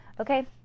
okay